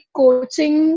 coaching